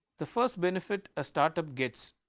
the first benefit a start-up gets